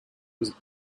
was